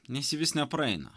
nes ji vis nepraeina